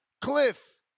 Cliff